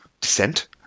descent